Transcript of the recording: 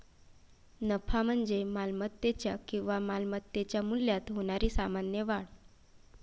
नफा म्हणजे मालमत्तेच्या किंवा मालमत्तेच्या मूल्यात होणारी सामान्य वाढ